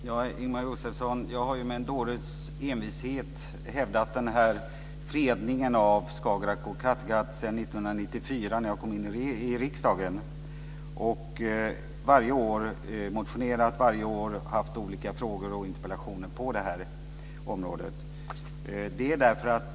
Herr talman! Ingemar Josefsson, jag har ju med en dåres envishet hävdat en fredning av Skagerrak och Kattegatt sedan 1994 när jag kom in i riksdagen. Jag har varje år motionerat och haft olika frågor och interpellationer på det här området.